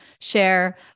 share